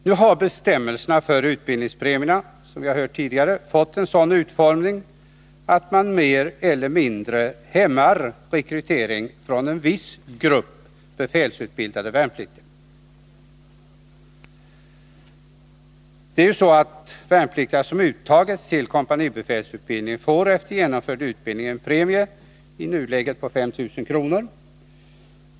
Nu har bestämmelserna för utbildningspremier— som vi tidigare hört — fått en sådan utformning att man mer eller mindre hämmar rekrytering från en viss grupp av befälsutbildade värnpliktiga. Det är ju så att värnpliktiga som uttagits till kompanibefälsutbildning efter genomgången utbildning får en premie på i nuläget 5000 kr.